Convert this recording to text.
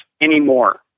anymore